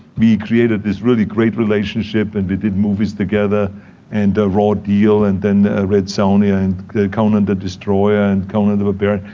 we created this really great relationship. and we did movies together and the raw deal and then red sonja and conan the destroyer and conan the barbarian.